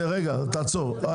תעצור.